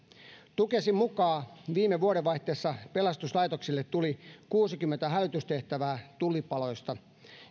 tukesin mukaan viime vuodenvaihteessa pelastuslaitoksille tuli kuusikymmentä hälytystehtävää tulipaloista